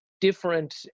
different